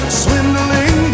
swindling